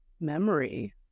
memory